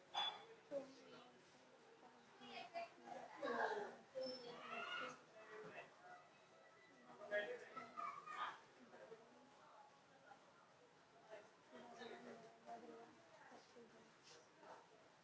तुम एयरपोर्ट पर ही अपने भारतीय पैसे डॉलर में बदलवा सकती हो